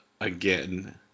again